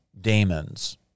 demons